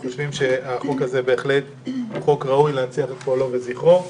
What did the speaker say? החוק הזה הוא בהחלט חוק ראוי להנציח את פועלו וזכרו.